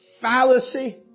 fallacy